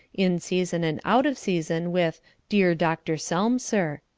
in season and out of season, with dear dr. selmser.